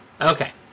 Okay